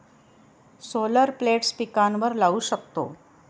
solar plates पिकांवर लाऊ शकतो